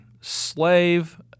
slave